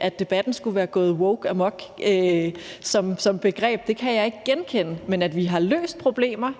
at debatten skulle være gået wokeamok, kan jeg ikke genkende. Men at vi har løst problemer,